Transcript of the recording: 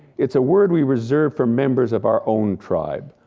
it's a word we reserve for members of our own tribe,